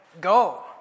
go